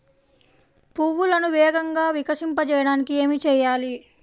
పువ్వులను వేగంగా వికసింపచేయటానికి ఏమి చేయాలి?